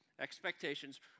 Expectations